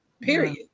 period